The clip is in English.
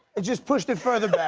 it just pushed it further back.